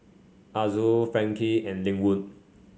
Azul Frankie and Lynwood